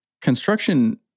Construction